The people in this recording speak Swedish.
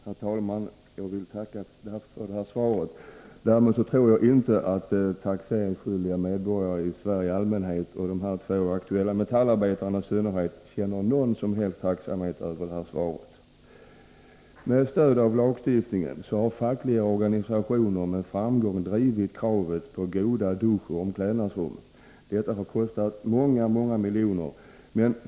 Herr talman! Jag vill tacka statsrådet för svaret. Däremot måste jag invända att jag inte tror att taxeringsskyldiga medborgare i Sverige i allmänhet och de två metallarbetarna i synnerhet känner någon som helst tacksamhet över det här svaret. Med stöd av lagstiftningen har fackliga organisationer med framgång drivit kravet på goda duschoch omklädningsrum. Detta har kostat många, många miljoner.